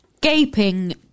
gaping